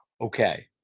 Okay